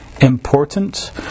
important